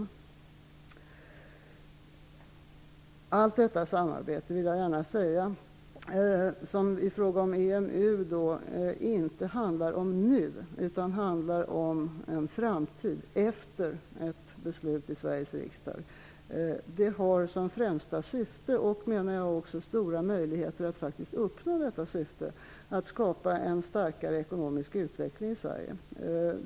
Jag vill gärna säga att allt detta samarbete vad gäller EMU -- som inte handlar om nuet utan om en framtid efter ett beslut i Sveriges riksdag -- har som främsta syfte att skapa en starkare ekonomisk utveckling i Sverige; det finns också stora möjligheter att uppnå detta syfte.